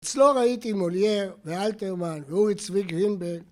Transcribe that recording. אצלו ראיתי מוליאר, ואלתרמן, ואורי צבי גרינברג